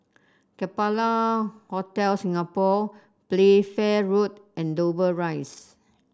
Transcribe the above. Capella Hotel Singapore Playfair Road and Dover Rise